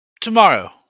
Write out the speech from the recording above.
Tomorrow